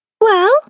Well